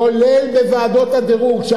כולל בחברות הדירוג הבין-לאומיות,